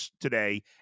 today